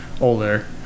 older